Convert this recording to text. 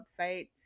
website